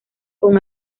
con